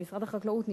במשרד החקלאות,